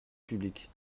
publique